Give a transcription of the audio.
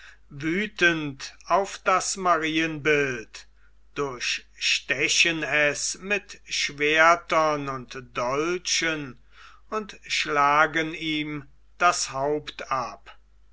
wüthend auf das marienbild durchstechen es mit schwertern und dolchen und schlagen ihm das haupt